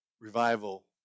revival